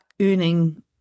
earning